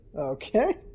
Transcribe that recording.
Okay